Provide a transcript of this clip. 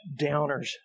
downers